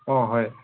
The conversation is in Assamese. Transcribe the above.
অঁ হয়